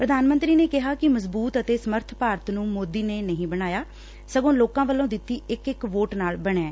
ਪ੍ਰਧਾਨ ਮੰਤਰੀ ਨੇ ਕਿਹਾ ਕਿ ਮਜ਼ਬੁਤ ਅਤੇ ਸਮਰੱਬ ਭਾਰਤ ਮੋਦੀ ਨੇ ਨਹੀਂ ਬਣਾਇਆ ਸਗੋਂ ਲੋਕਾਂ ਵੱਲੋਂ ਦਿੱਤੀ ਇਕ ਇਕ ਵੋਟ ਨਾਲ ਬਣਿਐ